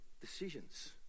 decisions